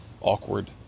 awkward